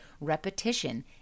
Repetition